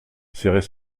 serrait